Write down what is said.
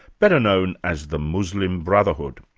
better known as the muslim brotherhood.